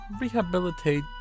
rehabilitate